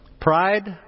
Pride